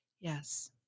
Yes